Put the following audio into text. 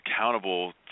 accountable